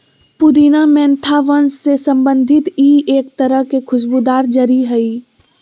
पुदीना मेंथा वंश से संबंधित ई एक तरह के खुशबूदार जड़ी हइ